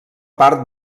part